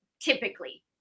typically